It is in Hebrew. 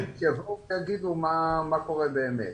או שיגידו מה קורה באמת.